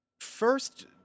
first